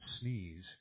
sneeze